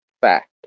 fact